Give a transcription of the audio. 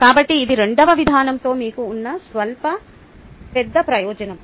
కాబట్టి ఇది రెండవ విధానంతో మీకు ఉన్న స్వల్ప పెద్ద ప్రయోజనం